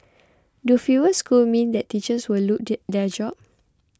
do fewer schools mean that teachers will lose their jobs